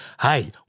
hey